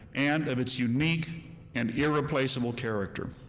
and of its unique and irreplaceable character.